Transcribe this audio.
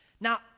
Now